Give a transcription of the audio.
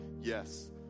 yes